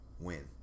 win